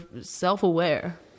self-aware